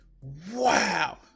Wow